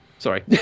Sorry